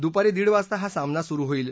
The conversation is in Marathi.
दुपारी दीड वाजता हा सामना सुरु होईल